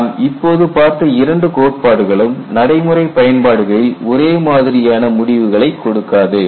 நாம் இப்போது பார்த்த இரண்டு கோட்பாடுகளும் நடைமுறை பயன்பாடுகளில் ஒரே மாதிரியான முடிவுகளை கொடுக்காது